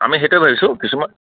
আমি সেইটোৱে ভাবিছোঁ কিছুমান